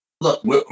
look